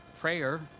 prayer